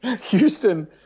Houston